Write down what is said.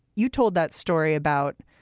you told that story about